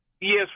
Yes